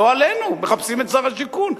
לא עלינו, מחפשים את שר השיכון.